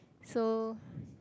so